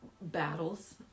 battles